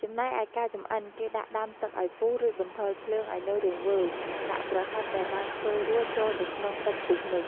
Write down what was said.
ចំណែកឯ ការចំអិន គេដាក់ដាំទឹកឱ្យពុះ រួចបន្ថយភ្លើងឱ្យនៅរង្វើល។ ដាក់ប្រហិតដែលបានធ្វើរួចចូលទៅក្នុងទឹកពុះនោះ។